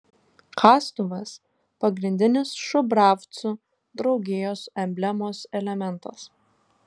kastuvas pagrindinis šubravcų draugijos emblemos elementas